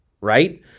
right